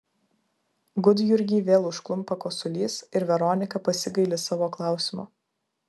gudjurgį vėl užklumpa kosulys ir veronika pasigaili savo klausimo